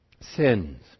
sins